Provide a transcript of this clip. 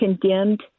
condemned